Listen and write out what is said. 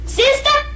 sister